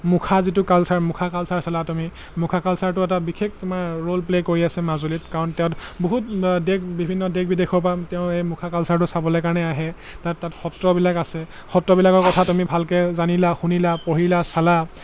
মুখা যিটো কালচাৰ মুখা কালচাৰ চালা তুমি মুখা কালচাৰটো এটা বিশেষ তোমাৰ ৰ'ল প্লে কৰি আছে মাজুলীত কাৰণ তেওঁ বহুত দেশ বিভিন্ন দেশ বিদেশৰপৰা তেওঁ এই মুখা কালচাৰটো চাবলৈ কাৰণে আহে তাত তাত সত্ৰবিলাক আছে সত্ৰবিলাকৰ কথা তুমি ভালকৈ জানিলা শুনিলা পঢ়িলা চালা